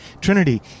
Trinity